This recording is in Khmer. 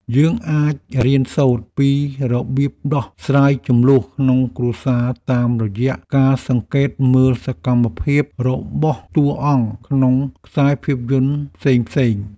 យើងអាចរៀនសូត្រពីរបៀបដោះស្រាយជម្លោះក្នុងគ្រួសារតាមរយៈការសង្កេតមើលសកម្មភាពរបស់តួអង្គក្នុងខ្សែភាពយន្តផ្សេងៗ។